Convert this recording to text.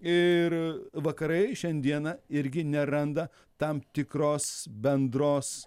ir vakarai šiandieną irgi neranda tam tikros bendros